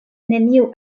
neniu